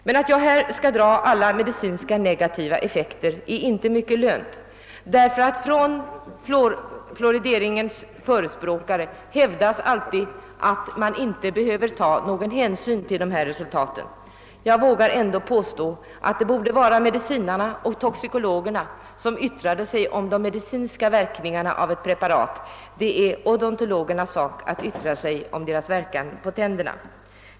Men att här dra fram alla negativa medicinska effekter är inte mycket lönt, ty fluorideringens förespråkare hävdar alltid att man inte behöver ta någon hänsyn till dessa resultat. Jag vågar ändå påstå att det borde vara medicinarna och toxikologerna som yttrade sig om de medicinska verkningarna av ett preparat, medan det är odontologernas sak att yttra sig om dess verkan på tänderna.